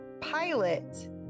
pilot